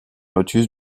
lotus